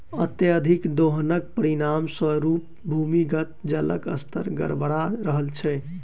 अत्यधिक दोहनक परिणाम स्वरूप भूमिगत जलक स्तर गड़बड़ा रहल छै